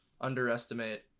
underestimate